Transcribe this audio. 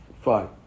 Fine